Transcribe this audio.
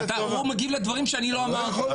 הוא מגיב לדברים שאני לא אמרתי.